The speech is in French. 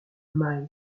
mahé